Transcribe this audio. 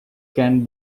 can